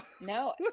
No